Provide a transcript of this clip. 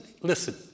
listen